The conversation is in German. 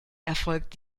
erfolgt